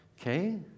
Okay